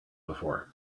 before